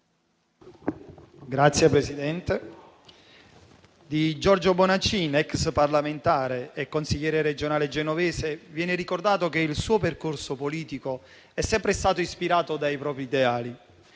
Signor Presidente, di Giorgio Bonacin, ex parlamentare e consigliere regionale genovese, viene ricordato che il suo percorso politico è sempre stato ispirato dai propri ideali.